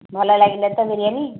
ଭଲ ଲାଗିଲା ତ ବିରିୟାନୀ